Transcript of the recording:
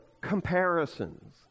comparisons